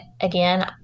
again